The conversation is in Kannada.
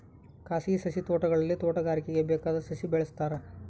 ಖಾಸಗಿ ಸಸಿ ತೋಟಗಳಲ್ಲಿ ತೋಟಗಾರಿಕೆಗೆ ಬೇಕಾದ ಸಸಿ ಬೆಳೆಸ್ತಾರ